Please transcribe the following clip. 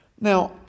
Now